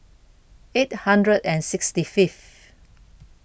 eight hundred and sixty Fifth